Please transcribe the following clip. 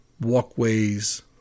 walkways